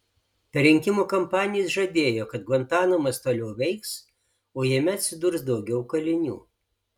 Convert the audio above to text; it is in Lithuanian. per rinkimų kampaniją jis žadėjo kad gvantanamas toliau veiks o jame atsidurs daugiau kalinių